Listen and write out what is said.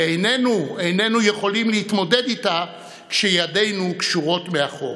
ואיננו יכולים להתמודד איתה כשידינו קשורות מאחור.